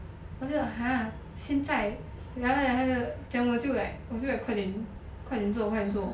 我就 like !huh! 现在 then 他讲他就讲我就 like 我就 like 快点快点做快点做